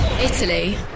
Italy